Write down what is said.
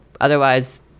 Otherwise